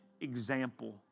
example